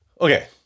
Okay